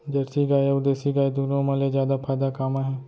Jersey गाय अऊ देसी गाय दूनो मा ले जादा फायदा का मा हे?